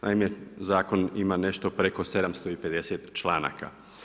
Naime, zakon ima nešto preko 750 članaka.